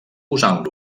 usant